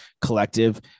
collective